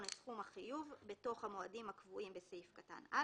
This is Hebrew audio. את סכום החיוב בתוך המועדים הקבועים בסעיף (א).